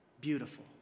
beautiful